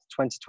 2020